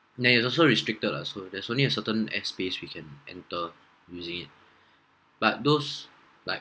and then it's is also restricted lah so there's only a certain airspace we can enter using it but those like